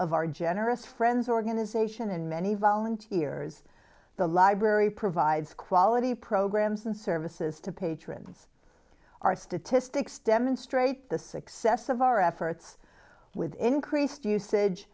of our generous friends organization and many volunteers the library provides quality programs and services to patrons our statistics demonstrate the success of our efforts with increased usage